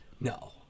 no